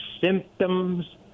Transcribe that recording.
symptoms